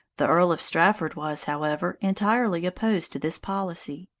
the earl of strafford was, however, entirely opposed to this policy.